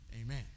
amen